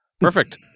Perfect